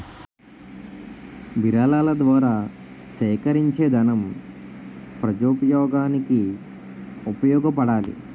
విరాళాల ద్వారా సేకరించేదనం ప్రజోపయోగానికి ఉపయోగపడాలి